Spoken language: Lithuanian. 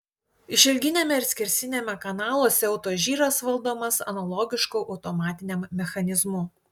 išilginiame ir skersiniame kanaluose autožyras valdomas analogišku automatiniam mechanizmu